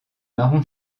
marron